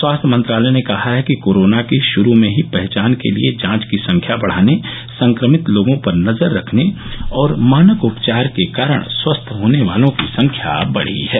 स्वास्थ्य मंत्रालय ने कहा है कि कोरोना की शुरू में ही पहचान के लिए जांच की संख्या बढ़ाने संक्रमित लोगों पर नजर रखने और मानक उपचार के कारण स्वस्थ होने वालों की संख्या बढ़ी है